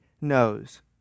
knows